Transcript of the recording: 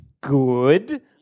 good